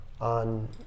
on